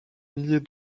milliers